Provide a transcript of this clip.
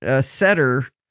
setter